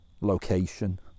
location